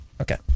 Okay